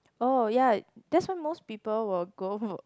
oh ya that's why most people will go